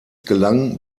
gelang